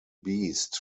beast